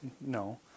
No